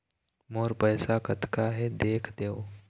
मोर पैसा कतका हे देख देव?